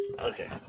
Okay